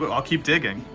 but i'll keep digging.